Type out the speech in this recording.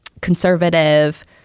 conservative